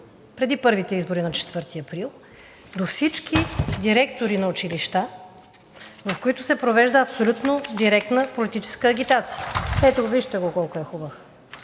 преди първите избори, на 4 април, до всички директори на училища, в които се провежда абсолютно директна политическа агитация. Ето, вижте го колко е хубав.